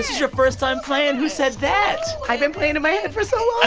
your first time playing who said that i've been playing in my head for so